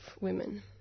women